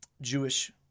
Jewish